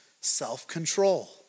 self-control